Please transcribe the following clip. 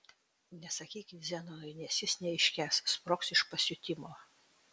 nesakykit zenonui nes jis neiškęs sprogs iš pasiutimo